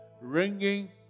ringing